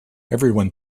everyone